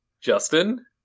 Justin